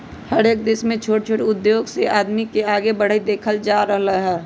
हरएक देश में छोट छोट उद्धोग से आदमी सब के आगे बढ़ईत देखल जा रहल हई